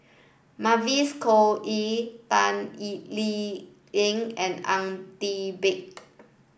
Mavis Khoo Oei Ban Lee Leng and Ang Teck Bee